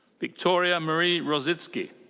victoria marie rozycki.